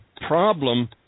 problem